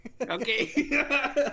Okay